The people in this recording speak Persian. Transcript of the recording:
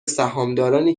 سهامدارنی